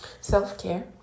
self-care